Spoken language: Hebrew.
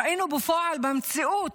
ראינו בפועל, במציאות,